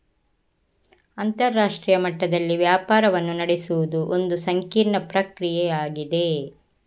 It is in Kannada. ಅಂತರರಾಷ್ಟ್ರೀಯ ಮಟ್ಟದಲ್ಲಿ ವ್ಯಾಪಾರವನ್ನು ನಡೆಸುವುದು ಒಂದು ಸಂಕೀರ್ಣ ಪ್ರಕ್ರಿಯೆಯಾಗಿದೆ